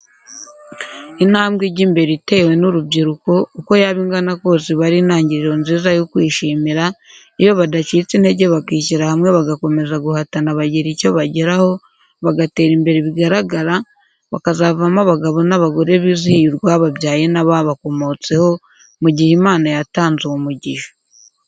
Intambwe ijya mbere itewe n'urubyiruko, uko yaba ingana kose iba ari intangiriro nziza yo kwishimira, iyo badacitse intege bakishyira hamwe bagakomeza guhatana bagira icyo bageraho, bagatera imbere bigaragara, bakazavamo abagabo n'abagore bizihiye urwababyaye n'ababakomotseho, mu gihe Imana yatanze uwo mugisha.